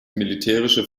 militärische